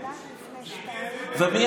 בקדנציה הראשונה, מי